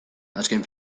azken